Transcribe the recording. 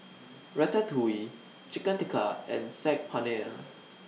Ratatouille Chicken Tikka and Saag Paneer